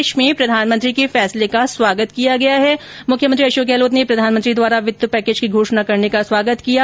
उधर मुख्यमंत्री अशोक गहलोत ने प्रधानमंत्री द्वारा वित्त पैकेज की घोषणा करने का स्वागत किया है